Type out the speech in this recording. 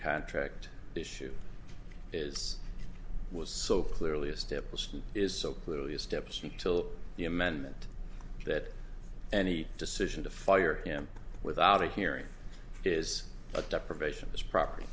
contract issue is was so clearly established is so clearly a steps until the amendment that any decision to fire him without a hearing is a deprivation this property